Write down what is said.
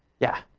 yeah?